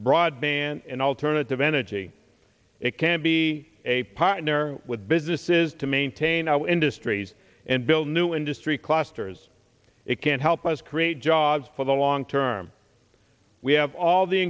broadband and alternative energy it can be a partner with businesses to maintain our industries and build new industry clusters it can help us create jobs for the long term we have all the